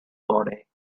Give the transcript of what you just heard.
body